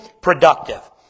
productive